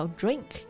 drink